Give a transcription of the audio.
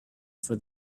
for